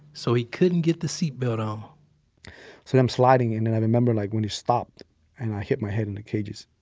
so he couldn't get the seatbelt on so i'm sliding in and i remember, like, when he stopped and i hit my head in the cages